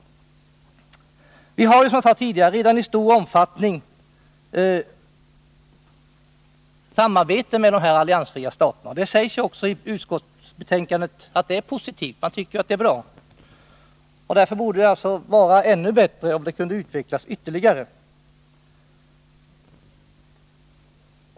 Vi har, som jag sade tidigare, redan i stor omfattning samarbete med dessa alliansfria stater. Det sägs också i utskottsbetänkandet att detta är positivt och bra. Därför borde det alltså vara ännu bättre om samarbetet kunde utvecklas ytterligare.